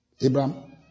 Abraham